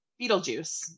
Beetlejuice